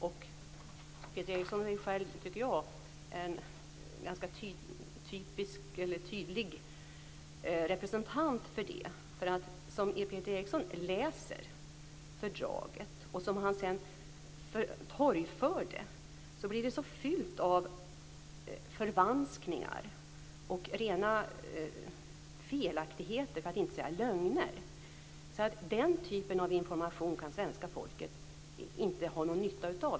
Jag tycker att Peter Eriksson är en ganska tydlig representant för den sortens argumenterande. Som Peter Eriksson läser fördraget och sedan torgför det, blir det fyllt av förvanskningar och rena felaktigheter - för att inte säga lögner! Den typen av information kan svenska folket inte ha någon nytta av.